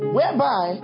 Whereby